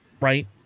right